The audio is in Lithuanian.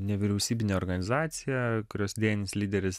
nevyriausybinė organizacija kurios idėjinis lyderis